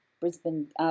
Brisbane –